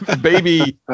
baby